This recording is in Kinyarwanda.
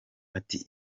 ati